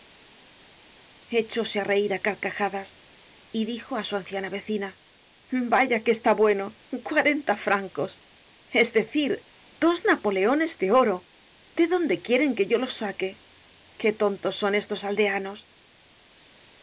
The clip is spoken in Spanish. echóse á reir á carcajadas y dijo á su anciana vecina vaya que está bueno cuarenta francos es decir dos napoleones de oro de dónde quieren que yo los saque qué tontos son estos aldeanos